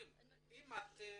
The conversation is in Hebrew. חריג.